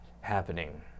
happening